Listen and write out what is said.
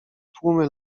tłumy